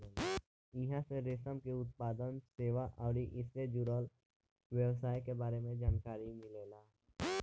इहां से रेशम के उत्पादन, सेवा अउरी ऐइसे जुड़ल व्यवसाय के बारे में जानकारी मिलेला